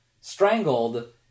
strangled